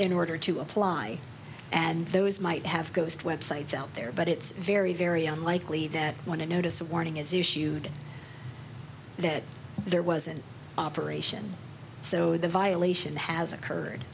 in order to apply and those might have ghost websites out there but it's very very unlikely that when a notice a warning is issued that there was an operation so the violation has occurred